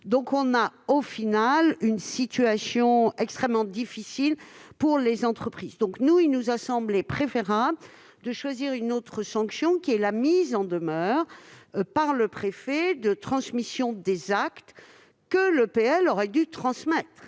engagées. Au final, la situation serait extrêmement difficile pour les acteurs économiques. Il nous a semblé préférable de choisir une autre sanction, qui est la mise en demeure par le préfet de transmettre les actes que l'EPL aurait dû transmettre,